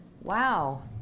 wow